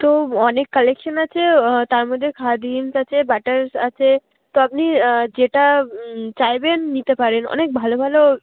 তো অনেক কালেকশন আছে তার মধ্যে খাদিমস আছে বাটারস আছে তো আপনি যেটা চাইবেন নিতে পারেন অনেক ভালো ভালো